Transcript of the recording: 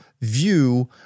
view